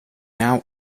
now